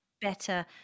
better